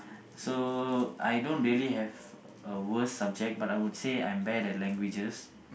so I don't really have a worst subject but I would say I'm bad at languages